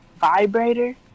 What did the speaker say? vibrator